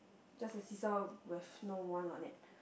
just a seesaw with no one on it